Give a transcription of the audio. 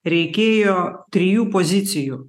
reikėjo trijų pozicijų